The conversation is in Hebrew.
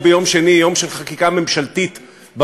איך שקראתי,